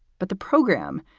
but the program?